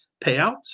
payouts